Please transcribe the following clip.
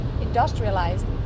industrialized